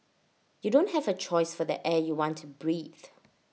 you don't have A choice for the air you want to breathe